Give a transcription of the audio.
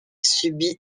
subit